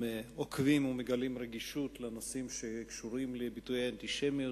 עוקבים ומגלים רגישות לנושאים שקשורים לביטויי אנטישמיות.